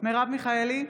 מרב מיכאלי,